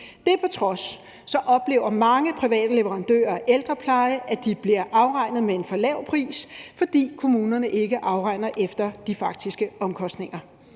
af det oplever mange private leverandører af ældrepleje, at de bliver afregnet med en for lav pris, fordi kommunerne ikke afregner efter de faktiske omkostninger.